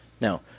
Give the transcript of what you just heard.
Now